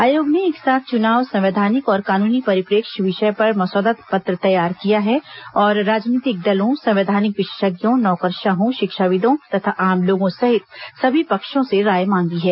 आयोग ने एक साथ चुनाव संवैधानिक और कानूनी परिप्रेक्ष्य विषय पर मसौदा पत्र तैयार किया है और राजनीतिक दलों संवैधानिक विशेषज्ञों नौकरशाहों शिक्षाविदों तथा आम लोगों सहित सभी पक्षों से राय मांगी है